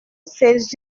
ses